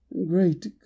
Great